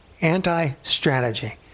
anti-strategy